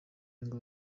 ngo